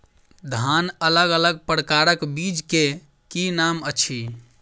धान अलग अलग प्रकारक बीज केँ की नाम अछि?